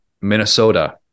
Minnesota